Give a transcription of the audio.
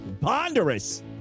Ponderous